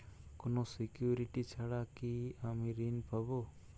কোনো সিকুরিটি ছাড়া কি আমি ঋণ পাবো?